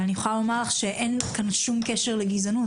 אני יכולה לומר לך שאין כאן שום קשר לגזענות.